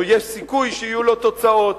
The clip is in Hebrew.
או יש סיכוי שיהיו לו תוצאות.